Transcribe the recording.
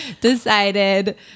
decided